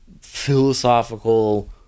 philosophical